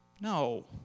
no